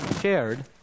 shared